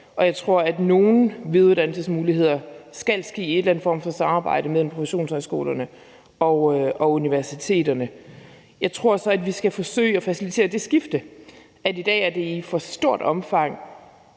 Jeg tror, at nogle videreuddannelsesmuligheder skal være i en eller anden form for samarbejde mellem professionshøjskolerne og universiteterne. Jeg tror så, at vi skal forsøge at facilitetere det skifte, i forhold til at det i dag i et for stort omfang